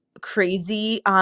crazy